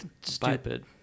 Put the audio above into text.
Stupid